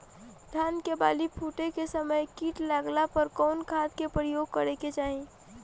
धान के बाली फूटे के समय कीट लागला पर कउन खाद क प्रयोग करे के चाही?